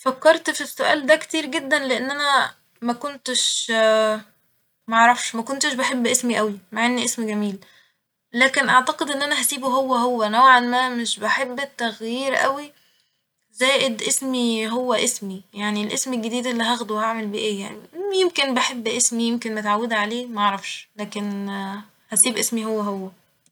فكرت ف السؤال ده كتير جدا لان انا مكنتش معرفش مكنتش بحب اسمي اوي مع ان اسم جميل لكن اعتقد ان انا هسيبه هو هو نوعا ما مش بحب التغيير اوي زائد اسمي هو اسمي ، يعني الاسم الجديد اللي هاخده هعمل بيه ايه يعني ؟! يمكن بحب اسمي يمكن متعودة عليه ، معرفش ، لكن هسيب اسمي هو هو.